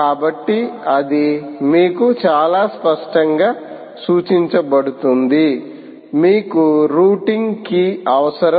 కాబట్టి అది మీకు చాలా స్పష్టంగా సూచించబడుతుంది మీకు రూటింగ్ కీ అవసరం